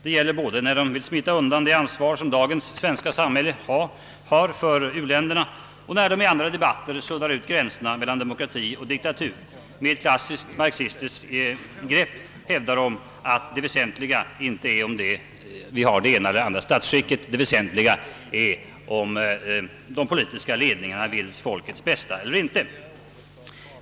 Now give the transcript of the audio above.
Det gäller både när de vill smita undan det ansvar som dagens svenska samhälle har för u-länderna och när de i andra debatter suddar ut gränserna mellan demokrati och diktatur. Med ett klassiskt marxistiskt grepp hävdar de att det väsentliga inte är om vi har det ena eller andra statsskicket, utan det väsentliga är om de politiska ledarna vill folkets bästa eller inte.